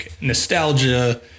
nostalgia